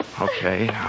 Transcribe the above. Okay